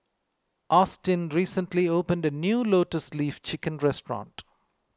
Austyn recently opened a new Lotus Leaf Chicken Restaurant